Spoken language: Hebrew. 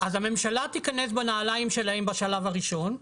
אז הממשלה תיכנס בנעליים שלהם בשלב הראשון.